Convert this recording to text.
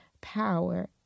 power